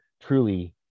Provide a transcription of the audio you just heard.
truly